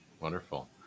Wonderful